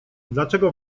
dlaczego